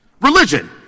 Religion